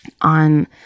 on